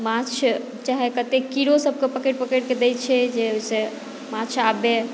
माँछ चाहे कते कीड़ो सभकेँ पकड़ि पकड़ि कऽ दै छै जे ओहिसँ माँछ आबै